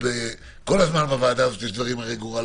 כל הזמן בוועדה הזאת עולים דברים הרי גורל,